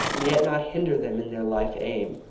and yet not hinder them in their life aim?